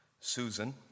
Susan